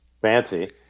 fancy